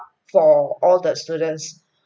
for all the students